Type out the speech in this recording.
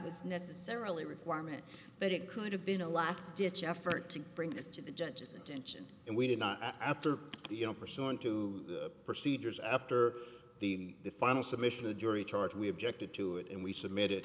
was necessarily requirement but it could have been a last ditch effort to bring this to the judge's attention and we did not after you know pursuant to procedures after the final submission a jury charge we objected to it and we submitted